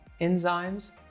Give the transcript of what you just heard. enzymes